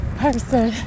person